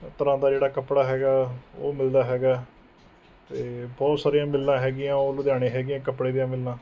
ਤਰ੍ਹਾਂ ਦਾ ਜਿਹੜਾ ਕੱਪੜਾ ਹੈਗਾ ਉਹ ਮਿਲਦਾ ਹੈਗਾ ਅਤੇ ਬਹੁਤ ਸਾਰੀਆਂ ਮਿੱਲਾਂ ਹੈਗੀਆਂ ਉਹ ਲੁਧਿਆਣੇ ਹੈਗੀਆਂ ਕੱਪੜੇ ਦੀਆਂ ਮਿੱਲਾਂ